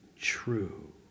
true